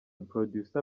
producer